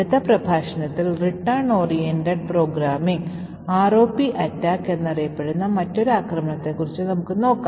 അടുത്ത പ്രഭാഷണത്തിൽ Return Oriented Programming attack എന്നറിയപ്പെടുന്ന മറ്റൊരു ആക്രമണത്തെക്കുറിച്ച് നോക്കാം